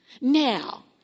Now